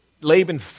Laban